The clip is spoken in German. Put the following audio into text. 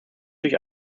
durch